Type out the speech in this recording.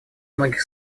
многих